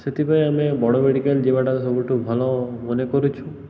ସେଥିପାଇଁ ଆମେ ବଡ଼ ମେଡ଼ିକାଲ୍ ଯିବାଟା ସବୁଠୁ ଭଲ ମନେକରୁଛୁ